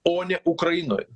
o ne ukrainoj